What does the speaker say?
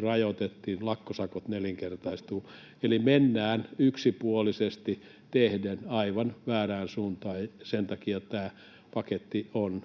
rajoitettiin ja lakkosakot nelinkertaistuvat. Eli mennään yksipuolisesti tehden aivan väärään suuntaan. Sen takia tämä paketti on